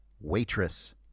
Waitress